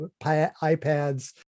iPads